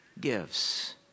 gives